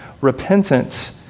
Repentance